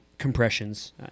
Compressions